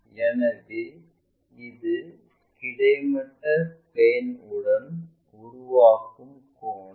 எனவே இது கிடைமட்ட பிளேன்டன் உருவாக்கும் கோணம்